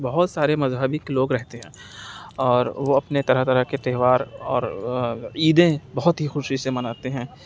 بہت سارے مذہبی لوگ رہتے ہیں اور وہ اپنے طرح طرح کے تہوار اور عیدیں بہت ہی خوشی سے مناتے ہیں